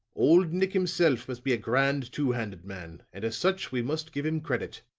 old nick himself must be a grand, two-handed man, and as such we must give him credit.